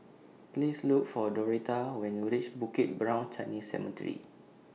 Please Look For Doretta when YOU REACH Bukit Brown Chinese Cemetery